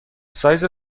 سایز